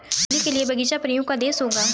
मूली के लिए बगीचा परियों का देश होगा